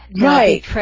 Right